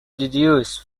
deduce